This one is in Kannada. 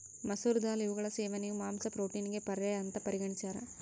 ಮಸೂರ ದಾಲ್ ಇವುಗಳ ಸೇವನೆಯು ಮಾಂಸ ಪ್ರೋಟೀನಿಗೆ ಪರ್ಯಾಯ ಅಂತ ಪರಿಗಣಿಸ್ಯಾರ